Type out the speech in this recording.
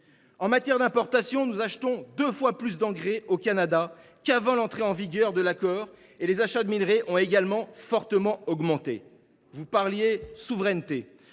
qui est des importations, nous achetons deux fois plus d’engrais au Canada qu’avant l’entrée en vigueur de l’accord, et les achats de minerais ont également fortement augmenté. Pourtant, certains